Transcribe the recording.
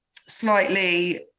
slightly